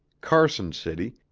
carson city,